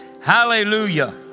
Hallelujah